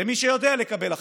למי שיודע לקבל החלטות,